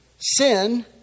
sin